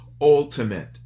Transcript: ultimate